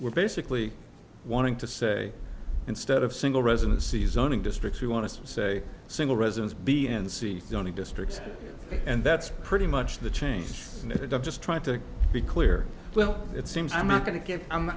we're basically wanting to say instead of single residency zoning districts we want to say single residence b and c only districts and that's pretty much the change in it up just trying to be clear well it seems i'm not going to get